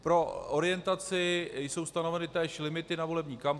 Pro orientaci, jsou stanoveny též limity na volební kampaň.